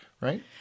Right